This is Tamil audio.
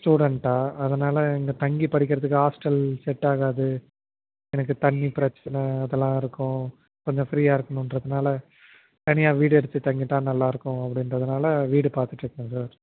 ஸ்டூடண்ட்டாக அதனால் இங்கே தங்கி படிக்கிறதுக்கு ஹாஸ்டல் செட் ஆகாது எனக்கு தண்ணி பிரச்சனை அதெல்லாம் இருக்கும் கொஞ்சம் ஃபிரீயா இருக்கணும்ன்றதுனால தனியாக வீடு எடுத்து தங்கிட்டால் நல்லா இருக்கும் அப்படின்றதுனால வீடு பார்த்துட்டு இருக்கோம் சார்